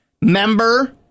member